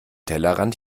tellerrand